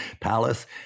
palace